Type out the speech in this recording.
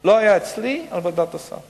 לא היו אצלי על ועדת הסל.